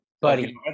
Buddy